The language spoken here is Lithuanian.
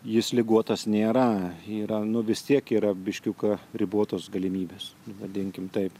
jis ligotas nėra yra nu vistiek yra biškiuką ribotos galimybės vadinkime taip